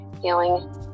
healing